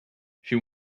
she